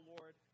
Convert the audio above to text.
Lord